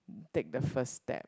take the first step